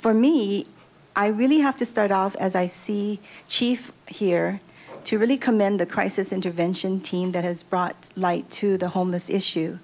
for me i really have to start out as i see chief here to really commend the crisis intervention team that has brought light to the homeless issue